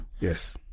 Yes